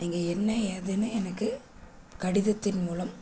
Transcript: நீங்கள் என்ன ஏதுன்னு எனக்கு கடிதத்தின் மூலம்